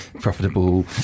profitable